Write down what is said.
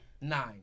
Nine